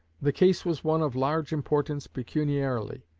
the case was one of large importance pecuniarily,